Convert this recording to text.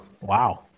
Wow